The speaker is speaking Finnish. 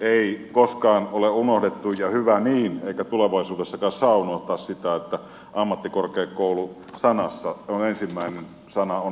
ei koskaan ole unohdettu ja hyvä niin eikä tulevaisuudessakaan saa unohtaa sitä että ammattikorkeakoulu sanassa ensimmäinen sana on ammatti